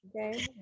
Okay